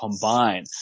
combine